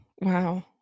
wow